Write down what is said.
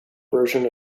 version